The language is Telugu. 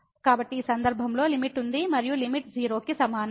కాబట్టి ఈ సందర్భంలో లిమిట్ ఉంది మరియు లిమిట్ 0 కి సమానం